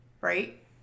right